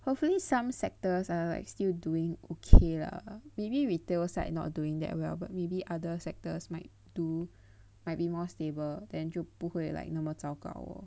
hopefully some sectors are like still doing ok lah maybe retail side not doing that well but maybe other sectors might do might be more stable then 就不会 like 那么糟糕